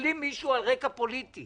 שפוסלים מישהו על רקע פוליטי